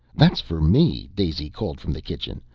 that's for me, daisy called from the kitchen.